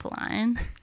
line